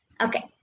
Okay